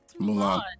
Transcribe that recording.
Mulan